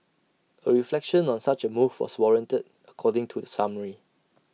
A reflection on such A move was warranted according to the summary